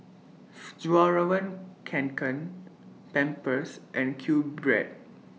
Fjallraven Kanken Pampers and QBread